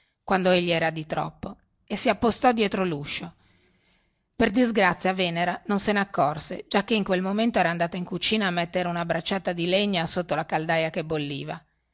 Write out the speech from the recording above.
quando egli era di troppo e si appostò dietro luscio per disgrazia venera non se ne accorse perchè in quel momento era andata in cucina a mettere una bracciata di legna sotto la caldaia che bolliva